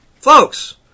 Folks